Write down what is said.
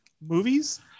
movies